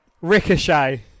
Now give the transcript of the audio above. Ricochet